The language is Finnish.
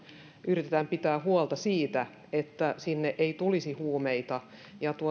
yritetään pitää huolta siitä että sinne ei tulisi huumeita